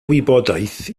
wybodaeth